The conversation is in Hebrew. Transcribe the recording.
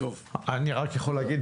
אני רק יכול להגיד,